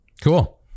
Cool